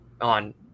on